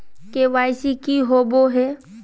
KYC की होबो है?